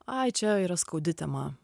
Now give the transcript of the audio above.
ai čia yra skaudi tema